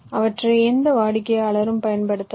அவற்றை எந்த வாடிக்கையாளரும் பயன்படுத்தலாம்